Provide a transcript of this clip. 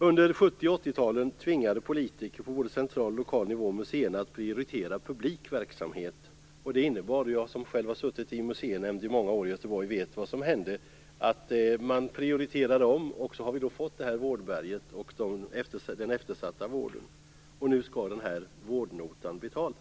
Under 70 och 80-talen tvingade politiker på både central och lokal nivå museerna att prioritera publik verksamhet. Jag har själv suttit i museinämnd i många år i Göteborg och vet vad som hände: Man prioriterade om, och så har vi fått det här vårdberget, den eftersatta vården. Nu skall den här vårdnotan betalas.